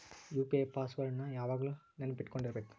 UPI password ನ ಯಾವಾಗ್ಲು ನೆನ್ಪಿಟ್ಕೊಂಡಿರ್ಬೇಕು